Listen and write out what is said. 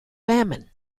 famine